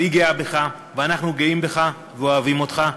אבל היא גאה בך ואנחנו גאים בך ואוהבים אותך.